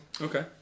Okay